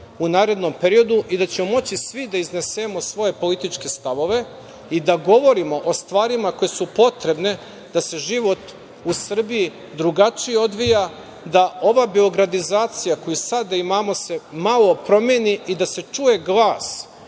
u narednom periodu i da ćemo moći svi da iznesemo svoje političke stavove i da govorimo o stvarima koje su potrebne da se život u Srbiji drugačije odvija, da ova beogradizacija koju sada imamo se malo promeni i da se čuje glas